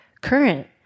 current